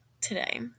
today